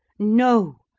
no,